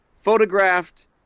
photographed